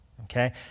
Okay